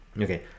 Okay